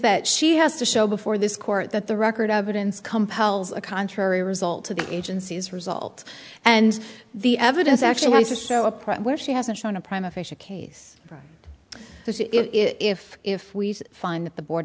that she has to show before this court that the record evidence compels a contrary result to the agency's result and the evidence actually says so upright where she hasn't shown a prime official case if if we find that the board